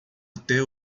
até